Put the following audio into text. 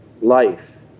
life